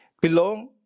belong